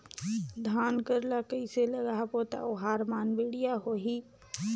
धान कर ला कइसे लगाबो ता ओहार मान बेडिया होही?